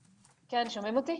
כן, שומעים אותי?